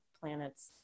planets